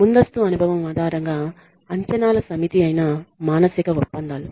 ముందస్తు అనుభవం ఆధారంగా అంచనాల సమితి అయిన మానసిక ఒప్పందాలు